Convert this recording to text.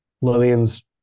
Lillian's